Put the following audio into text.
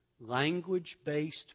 language-based